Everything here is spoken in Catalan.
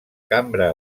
cambra